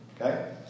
Okay